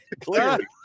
Clearly